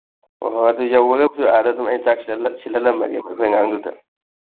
ꯑꯣ ꯑꯣ ꯑꯗꯨ ꯌꯧꯒꯗꯕꯁꯨ ꯑꯥꯗ ꯑꯗꯨꯝ ꯑꯩꯅ ꯆꯥꯛ ꯁꯤꯜꯍꯜꯂꯝꯃꯒꯦꯕ ꯑꯩꯈꯣꯏ ꯑꯉꯥꯡꯗꯨꯗ